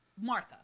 Martha